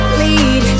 lead